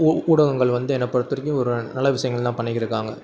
ஊ ஊடகங்கள் வந்து என்னை பொறுத்த வரைக்கும் ஒரு நல்ல விஷயங்கள் தான் பண்ணிக்கிட்டிருக்காங்க